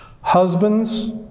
Husbands